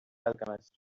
alchemist